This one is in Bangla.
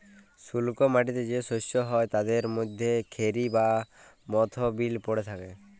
শুস্ক মাটিতে যে শস্য হ্যয় তাদের মধ্যে খেরি বা মথ বিল পড়ে